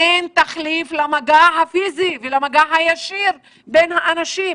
אין תחליף למגע הפיזי ולמגע הישיר בין האנשים.